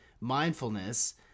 mindfulness